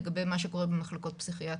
לגבי מה שקורה במחלקות פסיכיאטריות.